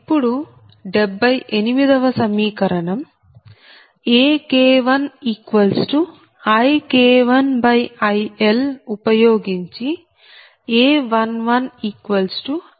ఇప్పుడు78 వ సమీకరణం AK1IK1IL ఉపయోగించి A11I1ILILIL1